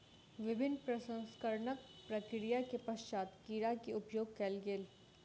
विभिन्न प्रसंस्करणक प्रक्रिया के पश्चात कीड़ा के उपयोग कयल गेल